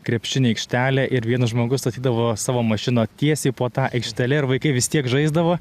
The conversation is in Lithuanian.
krepšinio aikštelė ir vienas žmogus statydavo savo mašiną tiesiai po ta aikštele ir vaikai vis tiek žaisdavo